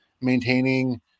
maintaining